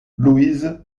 louise